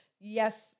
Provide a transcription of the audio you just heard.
Yes